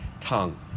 tongue